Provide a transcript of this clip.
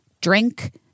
drink